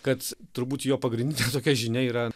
kad turbūt jo pagrindinė tokia žinia yra